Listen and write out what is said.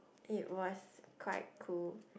it was quite cool